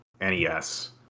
NES